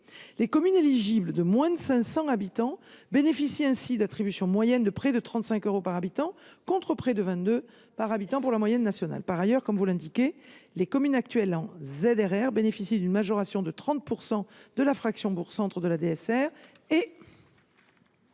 Les communes éligibles de moins de 500 habitants bénéficient ainsi d’un montant moyen de près de 35 euros par habitant, contre près de 22 euros par habitant pour la moyenne nationale. Par ailleurs, comme vous l’avez indiqué, monsieur le sénateur, les communes actuellement en ZRR bénéficient d’une majoration de 30 % de la fraction bourg centre de la DSR.